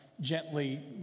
gently